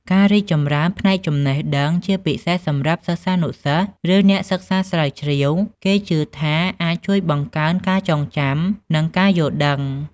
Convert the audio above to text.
ការរីកចម្រើនផ្នែកចំណេះដឹង ជាពិសេសសម្រាប់សិស្សានុសិស្ស ឬអ្នកសិក្សាស្រាវជ្រាវ គេជឿថាអាចជួយបង្កើនការចងចាំ និងការយល់ដឹង។